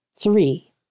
three